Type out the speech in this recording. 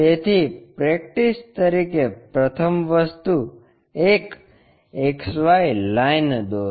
તેથી પ્રેક્ટિસ તરીકે પ્રથમ વસ્તુ એક XY લાઇન દોરો